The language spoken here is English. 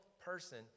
person